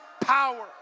power